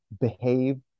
Behave